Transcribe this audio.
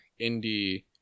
indie